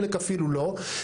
חלק אפילו לא.